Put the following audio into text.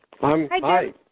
Hi